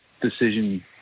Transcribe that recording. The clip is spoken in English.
decision